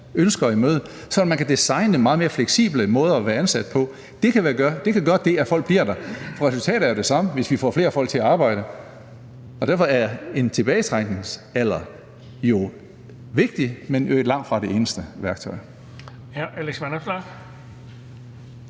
ønsker i møde, så man kan designe en meget mere fleksibel måde at være ansat på. Det kan gøre, at folk bliver der, for resultatet er jo det samme, hvis vi får flere folk til at arbejde. Derfor er en tilbagetrækningsalder jo vigtig, men langtfra det eneste værktøj.